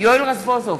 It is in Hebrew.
יואל רזבוזוב,